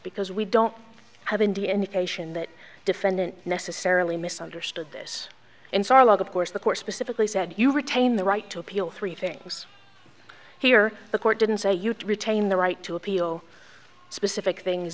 because we don't have indeed indication that defendant necessarily misunderstood this in starlog of course the course specifically said you retain the right to appeal three things here the court didn't say you retain the right to appeal specific things